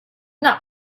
not